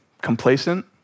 complacent